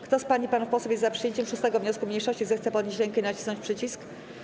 Kto z pań i panów posłów jest za przyjęciem 6. wniosku mniejszości, zechce podnieść rękę i nacisnąć przycisk.